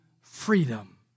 freedom